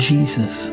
Jesus